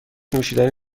نوشیدنی